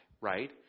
right